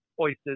oysters